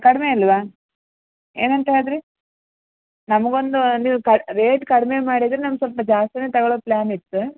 ಕಡಿಮೆ ಇಲ್ಲವಾ ಏನಂತ ಹೇಳ್ದ್ರಿ ನಮಗೊಂದು ನೀವು ಕಡ್ ರೇಟ್ ಕಡಿಮೆ ಮಾಡಿದರೆ ನಮ್ಗೆ ಸ್ವಲ್ಪ ಜಾಸ್ತಿಯೇ ತೊಗೊಳೋ ಪ್ಲಾನ್ ಇತ್ತು